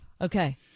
okay